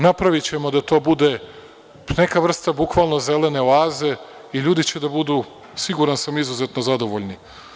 Napravićemo da to bude neka vrsta bukvalno zelene oaze i ljudi će da budu, siguran sam, izuzetno zadovoljni.